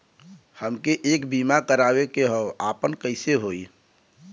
हमके एक बीमा करावे के ह आपन कईसे होई?